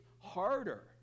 Harder